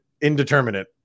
indeterminate